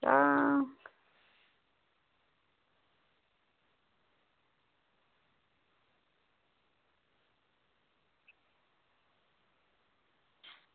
आं